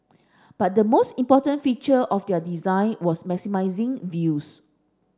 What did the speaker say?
but the most important feature of their design was maximising views